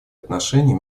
отношения